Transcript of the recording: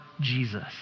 Jesus